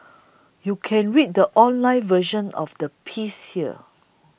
you can read the online version of the piece here